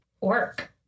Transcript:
work